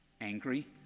angry